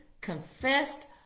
confessed